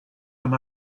him